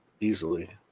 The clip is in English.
easily